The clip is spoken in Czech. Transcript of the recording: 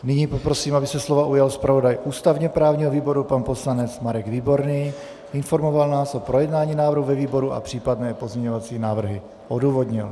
Nyní poprosím, aby se slova ujal zpravodaj ústavněprávního výboru pan poslanec Marek Výborný a informoval nás o projednání návrhu ve výboru a případné pozměňovací návrhy odůvodnil.